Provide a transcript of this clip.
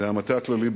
והמטה הכללי,